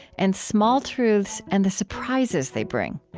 and small truths and the surprises they bring.